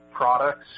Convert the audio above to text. Products